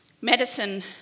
medicine